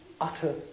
utter